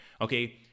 Okay